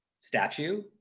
statue